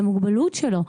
למוגבלות שלו.